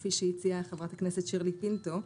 כפי שהציעה חברת הכנסת שירלי פינטו,